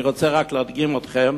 אני רוצה רק להדגים לכם